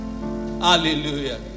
Hallelujah